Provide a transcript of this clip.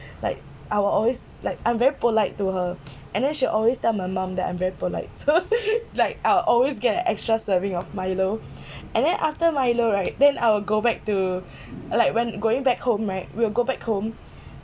like I will always like I'm very polite to her and then she always tell my mum that I'm very polite so like I will always get an extra serving of milo and then after milo right then I will go back to like when going back home right we will go back home